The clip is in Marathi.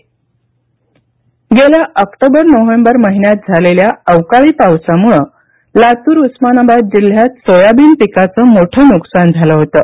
उन्हाळी सोयाबीन लागवड गेल्या आक्टोबर नोव्हेंबर महिन्यात झालेल्या अवकाळी पावसामुळे लातूर उस्मानाबाद जिल्ह्यात सोयाबीन पिकाचं मोठं नुकसान झालं होतं